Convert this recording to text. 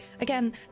again